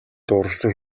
дурласан